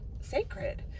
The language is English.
sacred